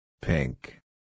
Pink